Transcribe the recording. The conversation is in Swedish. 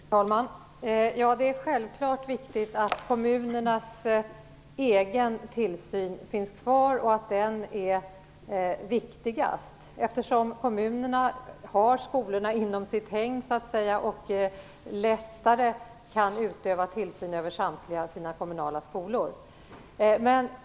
Herr talman! Det är självfallet viktigt att kommunernas egen tillsyn finns kvar. Den är viktigast, eftersom kommunerna har skolorna under sitt hägn, så att säga, och lättare kan utöva tillsyn över samtliga sina kommunala skolor.